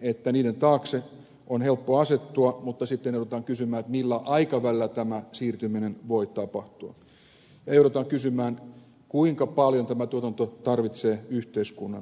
että niiden taakse on helppo asettua mutta sitten joudutaan kysymään millä aikavälillä tämä siirtyminen voi tapahtua ja joudutaan kysymään kuinka paljon tämä tuotanto tarvitsee yhteiskunnan tukia